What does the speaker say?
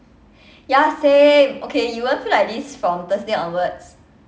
ya same okay you won't feel like this from thursday onwards